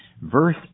Verse